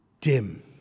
dim